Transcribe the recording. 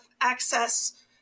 access